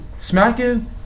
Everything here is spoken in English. smacking